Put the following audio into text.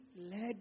led